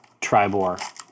Tribor